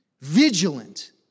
vigilant